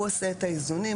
הוא עושה את האיזונים,